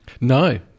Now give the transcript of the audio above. No